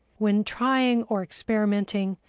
when trying, or experimenting,